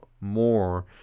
more